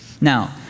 now